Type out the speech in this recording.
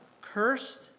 cursed